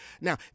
Now